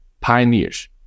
pioneers